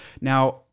Now